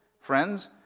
Friends